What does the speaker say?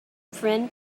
friend